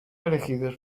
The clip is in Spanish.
elegidos